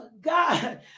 God